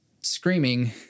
screaming